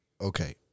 Okay